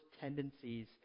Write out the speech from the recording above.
tendencies